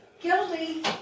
Guilty